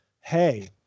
hey